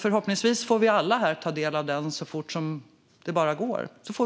Förhoppningsvis får vi alla här ta del av den så fort som det bara går.